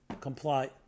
comply